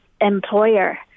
employer